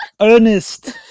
Ernest